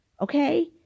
Okay